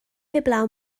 heblaw